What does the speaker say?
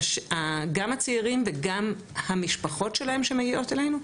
גם הצעירים וגם המשפחות שלהם שמגיעות אלינו,